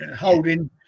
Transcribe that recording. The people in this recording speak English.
holding